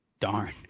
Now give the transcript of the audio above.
darn